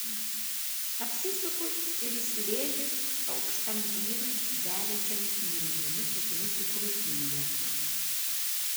apsisuku ir įsirėžiu aukštam vyrui veriančiomis mėlynomis akimis į krūtinę